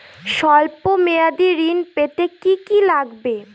সল্প মেয়াদী ঋণ পেতে কি কি লাগবে?